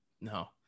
No